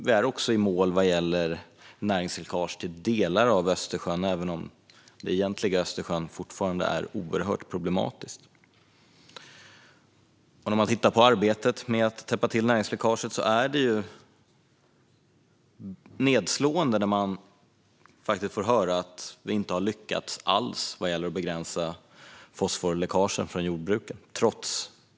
Vi är också i mål vad gäller näringsläckage till delar av Östersjön, även om det i den egentliga Östersjön fortfarande är oerhört problematiskt. Det är dock nedslående att höra att vi trots decennier av arbete inte har lyckats alls vad gäller att begränsa fosforläckaget från jordbruket.